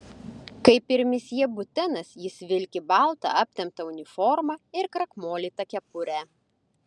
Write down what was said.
kaip ir misjė butenas jis vilki baltą aptemptą uniformą ir krakmolytą kepurę